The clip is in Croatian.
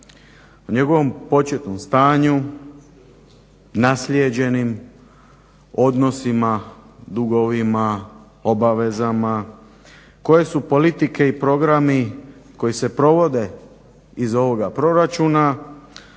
o njegovom početnom stanju, naslijeđenim odnosima, dugovima, obavezama, koje su politike i programi koji se provode iz ovoga proračuna,